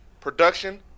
Production